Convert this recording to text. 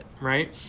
right